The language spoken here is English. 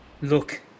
Look